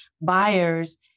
buyers